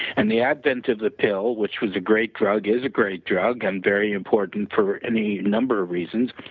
and, the advent of the pill, which was a great drug is a great drug and very important for any number of reasons.